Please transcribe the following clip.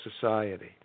society